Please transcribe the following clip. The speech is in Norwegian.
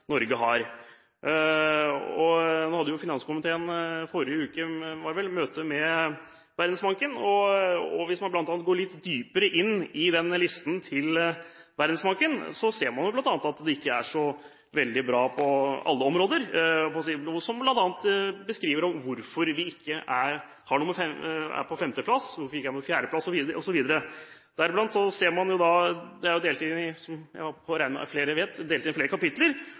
Norge har. Finanskomiteen hadde i forrige uke – var det vel – møte med Verdensbanken. Hvis man går litt dypere inn i listene til Verdensbanken, ser man at det ikke er så veldig bra på alle områder, noe som bl.a. beskriver hvorfor vi ikke er på femte plass, hvorfor vi ikke er på fjerde plass osv. Som man ser – og som jeg regner med at flere vet – er disse delt inn i flere kapitler. Det viser bl.a. at vi er på 60. plass på Verdensbankens liste, fordi vi har